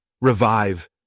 revive